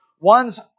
one's